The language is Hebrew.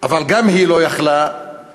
אבל גם היא לא הייתה יכולה לעמוד